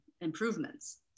improvements